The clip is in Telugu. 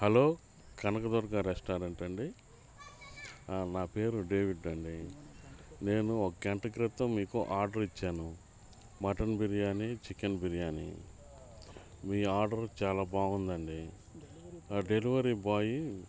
హలో కనకదుర్గ రెస్టారెంట్ అండి నా పేరు డేవిడ్ అండి నేను ఒక గంట క్రితం మీకు ఆర్డర్ ఇచ్చాను మటన్ బిర్యానీ చికెన్ బిర్యానీ మీ ఆర్డర్ చాలా బాగుందండి డెలివరీ బాయ్